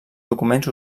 documents